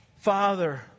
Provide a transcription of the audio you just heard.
Father